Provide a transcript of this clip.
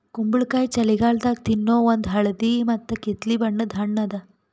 ಕುಂಬಳಕಾಯಿ ಛಳಿಗಾಲದಾಗ ತಿನ್ನೋ ಒಂದ್ ಹಳದಿ ಮತ್ತ್ ಕಿತ್ತಳೆ ಬಣ್ಣದ ಹಣ್ಣ್ ಅದಾ